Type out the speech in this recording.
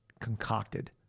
concocted